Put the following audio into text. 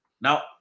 Now